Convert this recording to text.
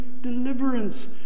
deliverance